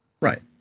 Right